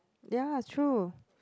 ya it's true